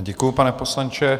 Děkuju, pane poslanče.